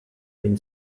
been